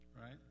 Right